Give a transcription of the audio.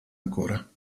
ancora